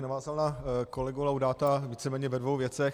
Navázal bych na kolegu Laudáta víceméně ve dvou věcech.